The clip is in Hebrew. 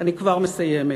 אני כבר מסיימת.